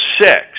six